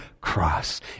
cross